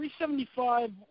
375